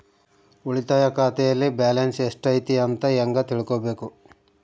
ಉಳಿತಾಯ ಖಾತೆಯಲ್ಲಿ ಬ್ಯಾಲೆನ್ಸ್ ಎಷ್ಟೈತಿ ಅಂತ ಹೆಂಗ ತಿಳ್ಕೊಬೇಕು?